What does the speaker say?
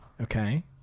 Okay